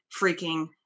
freaking